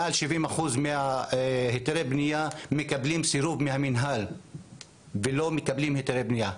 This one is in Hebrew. מעל 70% מהיתרי בנייה מקבלים סירוב מהמנהל ולא מקבלים היתרי בנייה,